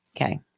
Okay